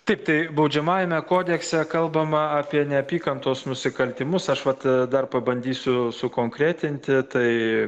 taip tai baudžiamajame kodekse kalbama apie neapykantos nusikaltimus aš vat dar pabandysiu sukonkretinti tai